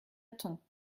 temps